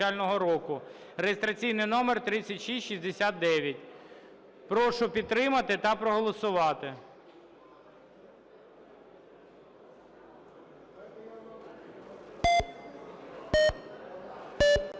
(реєстраційний номер 3669). Прошу підтримати та проголосувати.